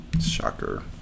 Shocker